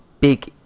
big